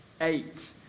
Eight